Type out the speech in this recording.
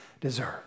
deserve